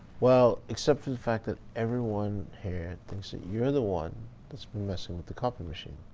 well, except for the fact that everyone here thinks that you're the one that's messing with the copy machine.